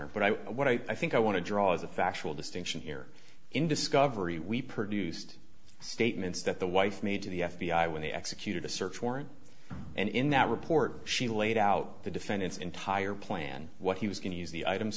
honor but i what i think i want to draw as a factual distinction here in discovery we produced statements that the wife made to the f b i when they executed a search warrant and in that report she laid out the defendant's entire plan what he was going to use the items